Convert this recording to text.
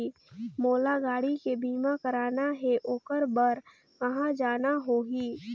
मोला गाड़ी के बीमा कराना हे ओकर बार कहा जाना होही?